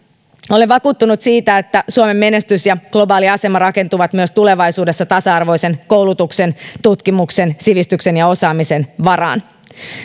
olen vakuuttunut siitä että suomen menestys ja globaali asema rakentuvat myös tulevaisuudessa tasa arvoisen koulutuksen tutkimuksen sivistyksen ja osaamisen varaan